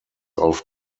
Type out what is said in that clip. auf